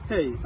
Hey